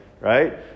right